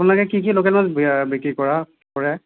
আপোনালোকে কি কি লোকেল মাছ বিক্ৰী কৰা কৰে